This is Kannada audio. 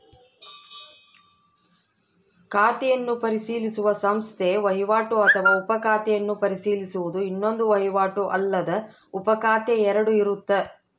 ಖಾತೆಯನ್ನು ಪರಿಶೀಲಿಸುವ ಸಂಸ್ಥೆ ವಹಿವಾಟು ಅಥವಾ ಉಪ ಖಾತೆಯನ್ನು ಪರಿಶೀಲಿಸುವುದು ಇನ್ನೊಂದು ವಹಿವಾಟು ಅಲ್ಲದ ಉಪಖಾತೆ ಎರಡು ಇರುತ್ತ